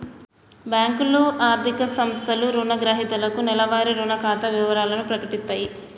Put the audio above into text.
బ్యేంకులు, ఆర్థిక సంస్థలు రుణగ్రహీతలకు నెలవారీ రుణ ఖాతా వివరాలను ప్రకటిత్తయి